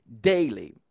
daily